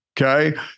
okay